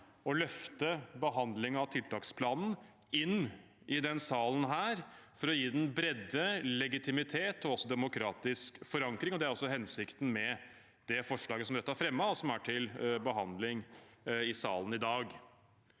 å løfte behandling av tiltaksplanen inn i denne salen, for å gi den bredde, legitimitet og også demokratisk forankring. Det er hensikten med det forslaget Rødt har fremmet, som er til behandling i salen i dag.